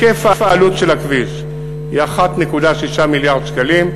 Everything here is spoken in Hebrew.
העלות של הכביש היא 1.6 מיליארד שקלים.